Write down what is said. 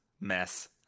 mess